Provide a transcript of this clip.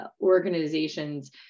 organizations